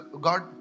God